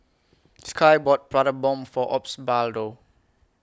Sky bought Prata Bomb For Osbaldo